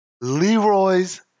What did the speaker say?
leroy's